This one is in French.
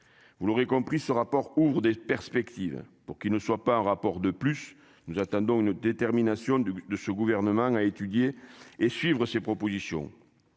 vous l'aurez compris ce rapport ouvrent des perspectives pour qu'il ne soit pas un rapport de plus, nous attendons une détermination de ce gouvernement, a étudié et suivre ses propositions,